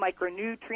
micronutrients